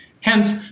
Hence